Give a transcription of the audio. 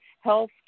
health